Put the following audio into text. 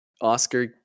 Oscar